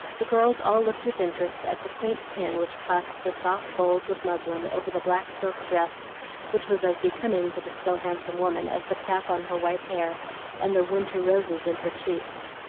the girls all looked with interest at the quaint pin which clasped the soft folds of muslin over the black silk dress which was as becoming to the still handsome woman as the cap on her white hair and the winter roses in her cheeks.